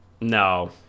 No